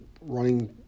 running